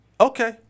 Okay